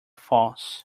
false